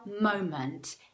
moment